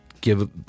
give